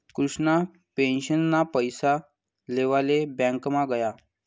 कृष्णा पेंशनना पैसा लेवाले ब्यांकमा गया